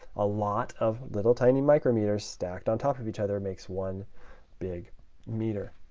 a lot of little tiny micrometers stacked on top of each other makes one big meter.